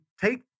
take